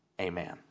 Amen